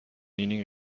leaning